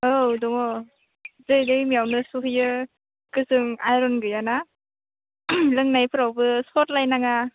औ दङ बे दैमायावनो सुहैयो गोजों आयन गैयाना लोंनायफोरावबो सरलाय नाङा